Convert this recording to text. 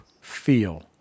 feel